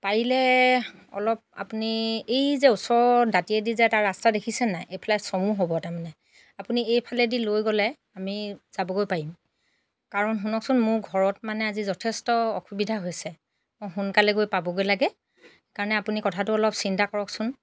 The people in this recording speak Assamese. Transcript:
পাৰিলে অলপ আপুনি এই যে ওচৰৰ দাতিয়েদি যে এটা ৰাস্তা দেখিছেনে এইফালে চমু হ'ব তাৰমানে আপুনি এইফালেদি লৈ গ'লে আমি যাবগৈ পাৰিম কাৰণ শুনকচোন মোৰ ঘৰত মানে আজি যথেষ্ট অসুবিধা হৈছে মই সোনকালে গৈ পাবগৈ লাগে সেই কাৰণে আপুনি কথাটো অলপ চিন্তা কৰকচোন